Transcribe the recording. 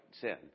sin